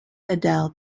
adele